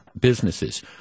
businesses